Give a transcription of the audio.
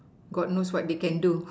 god knows what they can do